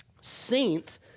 Saint